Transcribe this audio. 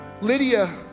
Lydia